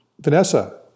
Vanessa